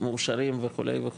מאושרים וכו' וכו',